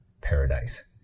paradise